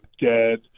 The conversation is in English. dead